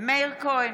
מאיר כהן,